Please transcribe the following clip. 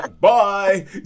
bye